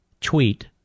tweet